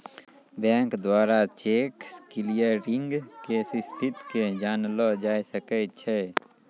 bank द्वारा cheque clearing के स्थिति के जानलो जाय सकै छै